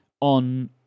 on